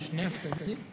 שני הצדדים?